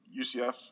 UCF